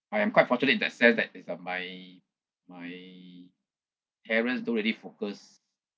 I am quite fortunate in that sense that is uh my my parents don't really focus